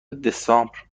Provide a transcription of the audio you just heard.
دسامبر